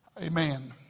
Amen